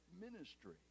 ministry